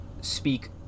speak